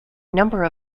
number